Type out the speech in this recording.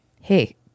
hey